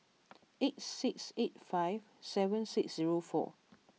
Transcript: eight six eight five seven six zero four